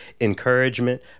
encouragement